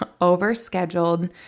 overscheduled